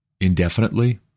indefinitely